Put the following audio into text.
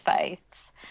faiths